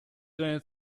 deine